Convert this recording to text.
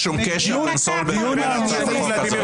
אין שום קשר בין סולברג לבין הצעת החוק הזאת.